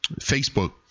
Facebook